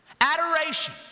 Adoration